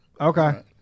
Okay